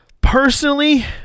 Personally